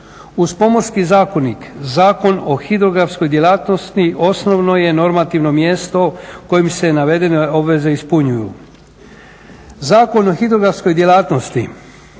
Uz Pomorski zakonik, Zakon o hidrografskoj djelatnosti osnovno je normativno mjesto kojim se navedene obveze ispunjavaju. Zakon o hidrografskoj djelatnosti